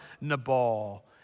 Nabal